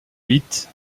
huit